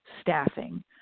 staffing